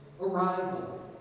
arrival